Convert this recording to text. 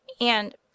and